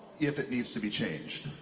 if it needs to be changed.